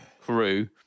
crew